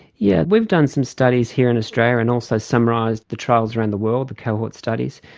yeah we've done some studies here in australia and also summarised the trials around the world, the cohort studies.